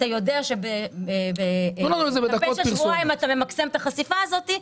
אתה יודע שבמשך שבועיים אתה ממקסם את החשיפה הזאת.